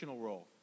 role